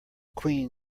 queen